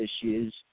issues